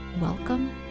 Welcome